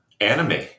anime